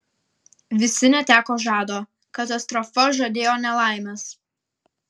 visi neteko žado katastrofa žadėjo nelaimes